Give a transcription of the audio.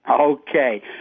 Okay